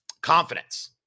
Confidence